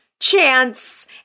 Chance